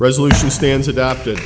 resolution stands adopted